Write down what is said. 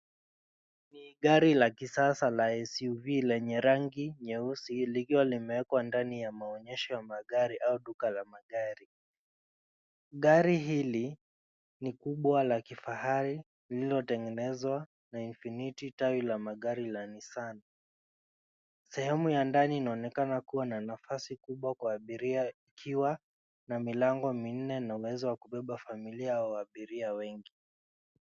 Ni gari la kisasa la SUV lenye rangi nyeusi likiwa limewekwa ndani ya maonyesho ya magari au duka la magari. Gari hili ni kubwa la kifahari lililotengenezwa na Infinity tawi la magari la Nissan . Sehemu ya ndani inaonekana kuwa na nafasi kubwa kwa abiria ikiwa na milango minne na uwezo wa kubeba familia au abiria wengi.